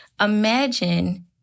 imagine